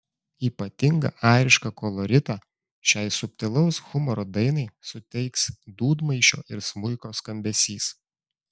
ypatingą airišką koloritą šiai subtilaus humoro dainai suteiks dūdmaišio ir smuiko skambesys